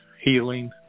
healing